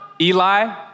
Eli